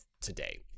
today